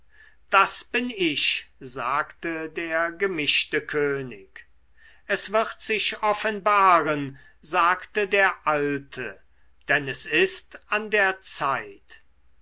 das bin ich sagte der gemischte könig es wird sich offenbaren sagte der alte denn es ist an der zeit